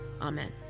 Amen